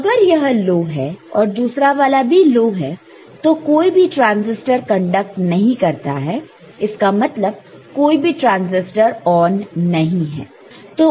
तो अगर यह लो है और दूसरा वाला भी लो है तो कोई भी ट्रांसिस्टर कंडक्ट नहीं करता है इसका मतलब कोई भी ट्रांसिस्टर ऑन नहीं है